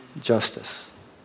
justice